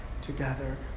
together